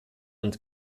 und